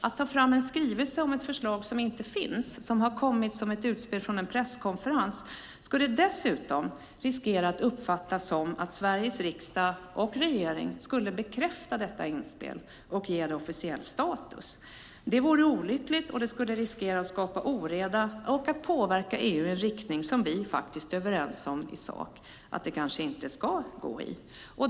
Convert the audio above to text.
Att ta fram en skrivelse om ett förslag som inte finns och som har kommit som ett utspel från en presskonferens skulle dessutom riskera att uppfattas som att Sveriges riksdag och regering bekräftar detta inspel och ger det officiell status. Det vore olyckligt, och det skulle riskera att skapa oreda och att påverka EU i en riktning som vi är överens om att EU inte ska gå i.